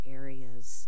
areas